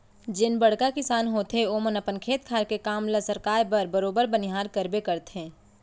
जेन बड़का किसान होथे ओमन अपन खेत खार के काम ल सरकाय बर बरोबर बनिहार करबे करथे